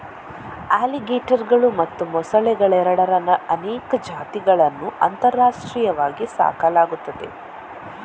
ಅಲಿಗೇಟರುಗಳು ಮತ್ತು ಮೊಸಳೆಗಳೆರಡರ ಅನೇಕ ಜಾತಿಗಳನ್ನು ಅಂತಾರಾಷ್ಟ್ರೀಯವಾಗಿ ಸಾಕಲಾಗುತ್ತದೆ